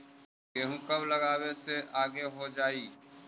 गेहूं कब लगावे से आगे हो जाई?